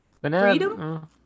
freedom